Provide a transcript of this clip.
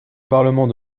parlement